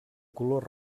color